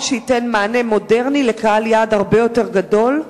שייתן מענה מודרני לקהל יעד הרבה יותר גדול.